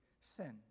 sin